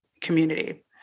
community